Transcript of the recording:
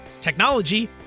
technology